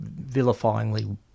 vilifyingly